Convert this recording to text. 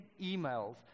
emails